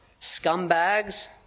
scumbags